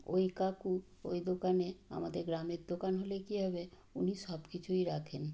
ওই কাকু ওই দোকানে আমাদের গ্রামের দোকান হলে কী হবে উনি সব কিছুই রাখেন